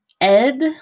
Ed